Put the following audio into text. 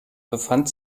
befand